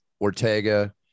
Ortega